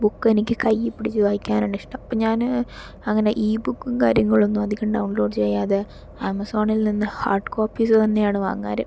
book എനിക്ക് കയ്യിൽ പിടിച്ച് വായിക്കാനാണിഷ്ടം അപ്പം ഞാന് അങ്ങനെ ഇ ബുക്കും കാര്യങ്ങളൊന്നും അധികം ഡൗൺ ലോഡ് ചെയ്യാതെ ആമസോണിൽ നിന്ന് ഹാർഡ് കോപ്പീസ് തന്നെയാണ് വാങ്ങാറ്